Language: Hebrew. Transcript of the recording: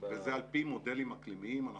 וזה על פי מודלים אקלימיים.